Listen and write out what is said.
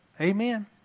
Amen